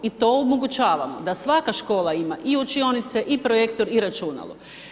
I to omogućavamo, da svaka škola ima i učionice i projektor i računalo.